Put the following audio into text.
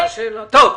טוב.